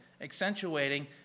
accentuating